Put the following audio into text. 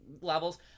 levels